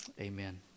Amen